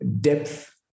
depth